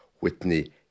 Whitney